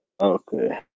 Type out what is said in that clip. Okay